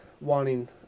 wanting